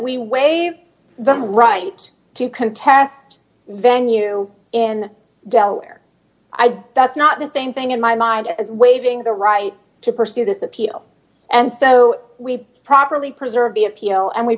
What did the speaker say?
we waive the right to contest venue in delaware i do that's not the same thing in my mind as waiving the right to pursue this appeal and so we properly preserve the appeal and we